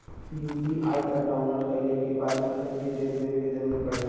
UPI app download कइले क बाद बैंक क डिटेल देवे क जरुरत पड़ेला